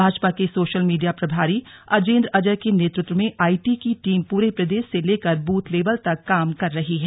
भाजपा के social media प्रभारी अजेंद्र अजय के नेतृत्व में आईटी की टीम पूरे प्रदेश से लेकर बूथ लेवल तक काम कर रही है